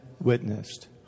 witnessed